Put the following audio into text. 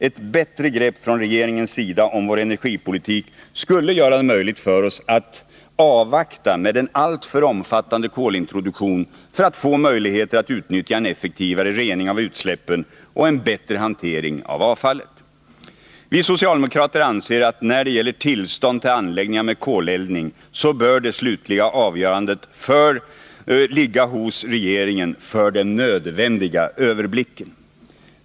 Ett bättre grepp från regeringens sida om vår energipolitik skulle göra det möjligt för oss att avvakta med en alltför omfattande kolintroduktion för att få möjligheter att utnyttja en effektivare rening av utsläppen och en bättre hantering av avfallet. Vi socialdemokrater anser att när det gäller tillstånd till anläggningar med koleldning så bör det slutliga avgörandet ligga hos regeringen, för den nödvändiga överblickens skull.